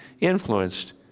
influenced